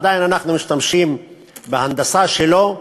עדיין אנחנו משתמשים בהנדסה שלו,